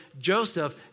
Joseph